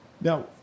Now